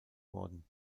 worden